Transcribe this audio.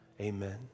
Amen